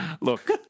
Look